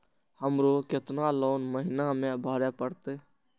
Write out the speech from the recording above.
हमरो केतना लोन महीना में भरे परतें?